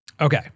Okay